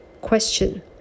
Question